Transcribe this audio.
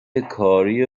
کاریه